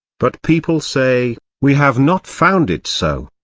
but people say, we have not found it so.